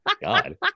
God